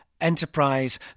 enterprise